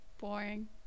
Boring